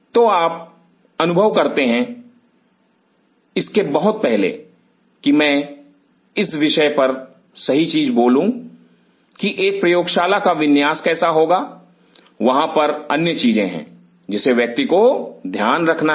तो आप अनुभव करते हैं इसके बहुत पहले कि मैं इस विषय पर सही चीज बोलूं कि एक प्रयोगशाला का विन्यास कैसा होगा वहां पर अन्य चीजें हैं जिसे व्यक्ति को ध्यान में रखना है